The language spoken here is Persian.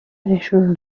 نشون